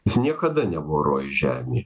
jis niekada nebuvo rojus žemėje